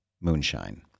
Moonshine